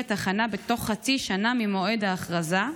התחנה בתוך חצי שנה ממועד ההכרזה.